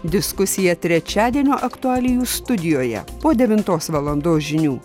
diskusija trečiadienio aktualijų studijoje po devintos valandos žinių